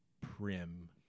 prim